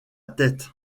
tête